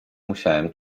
musiałem